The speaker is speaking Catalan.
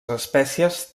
espècies